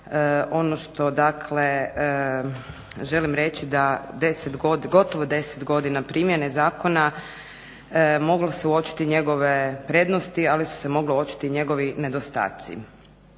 ono što dakle želim reći da gotovo 10 godina primjene zakona moglo se uočiti njegove prednosti, ali su se mogle uočiti i njegovi nedostaci.